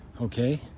okay